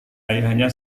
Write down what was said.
ayahnya